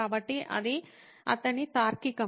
కాబట్టి అది అతని తార్కికం